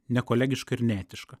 nekolegiška ir neetiška